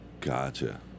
Gotcha